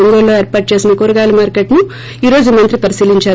ఒంగోలులో ఏర్పాటు చేసిన కూరగాయల మార్కెట్ ను ఈ రోజు మంత్రి పరిశీలిందారు